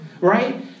Right